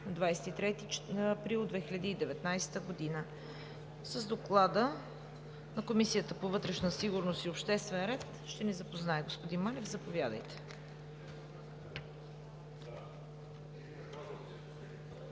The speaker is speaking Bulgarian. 23 април 2019 г. С Доклада на Комисията по вътрешна сигурност и обществен ред ще ни запознае господин Манев. Заповядайте.